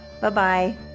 Bye-bye